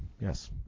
Yes